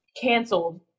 canceled